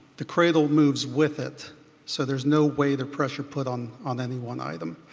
the cradle moves with it so there's no weight or pressure put on on any one item.